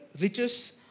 riches